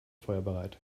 feuerbereit